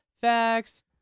facts